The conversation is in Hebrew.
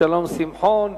שלום שמחון.